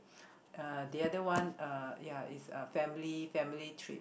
uh the other one uh ya is a family family trip